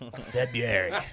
February